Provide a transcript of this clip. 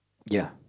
ya